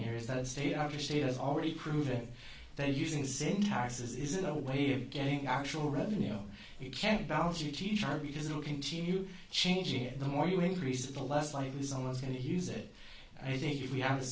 here is that state after state has already proven that using sin taxes is a way of getting actual revenue you can't balance your teacher because it will continue changing the more you increase the less likely someone's going to use it i think if we have